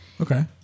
Okay